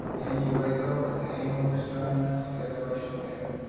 and you wake up with a hangover strong enough to kill a russian bear.